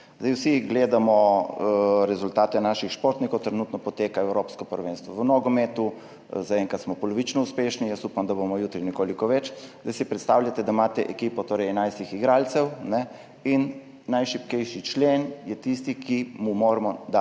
Vsi gledamo rezultate naših športnikov, trenutno poteka evropsko prvenstvo v nogometu, zaenkrat smo polovično uspešni, upam, da bomo jutri nekoliko več. Zdaj si predstavljajte, da imate ekipo, torej 11 igralcev, in najšibkejši člen je tisti, ki mu moramo dati